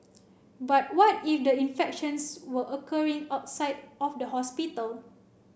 but what if the infections were occurring outside of the hospital